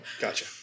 Gotcha